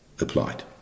applied